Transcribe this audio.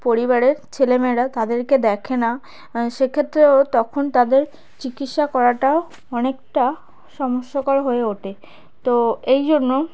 পরিবারের ছেলে মেয়েরা তাদেরকে দেখে না সে ক্ষেত্রেও তখন তাদের চিকিৎসা করাটা অনেকটা সমস্যাকর হয়ে ওঠে তো এই জন্য